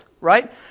right